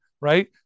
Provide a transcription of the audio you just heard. right